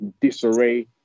disarray